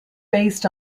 based